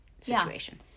situation